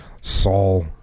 Saul